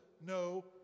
no